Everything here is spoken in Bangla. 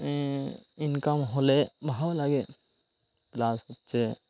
ইনকাম হলে ভালো লাগে প্লাস হচ্ছে